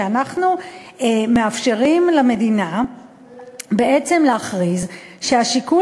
שאנחנו מאפשרים למדינה להכריז כי השיקול